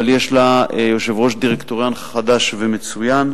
אבל יש לה יושב-ראש דירקטוריון חדש ומצוין,